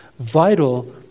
Vital